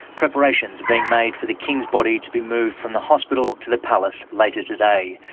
preparations being made for the king's body to be moved from the hospital to the palace later today.